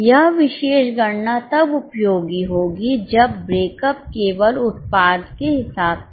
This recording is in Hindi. यह विशेष गणना तब उपयोगी होगी जब ब्रेकअप केवल उत्पाद के हिसाब से हो